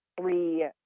three